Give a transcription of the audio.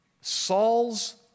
Saul's